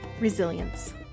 Resilience